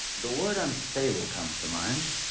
the word unstable comes to mind.